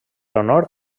honor